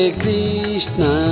krishna